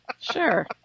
sure